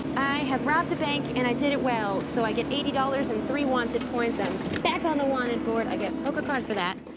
i have robbed a bank and i did it well, so i get eighty dollars and three wanted points. i'm back on the wanted board, i get a poker card for that.